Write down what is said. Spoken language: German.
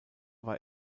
war